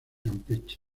campeche